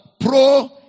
pro